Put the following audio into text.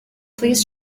please